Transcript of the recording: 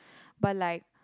but like